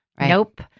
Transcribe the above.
Nope